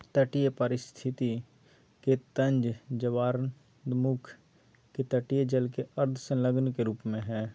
तटीय पारिस्थिति के तंत्र ज्वारनदमुख के तटीय जल के अर्ध संलग्न के रूप में हइ